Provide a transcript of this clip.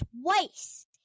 twice